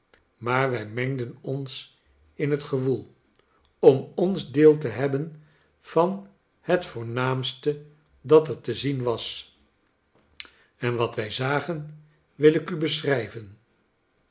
maar wij mengden ons in het gewoel om ons deel te hebben van het voornaamste dat er te zien was en wat wij zagen wil ik u beschrijven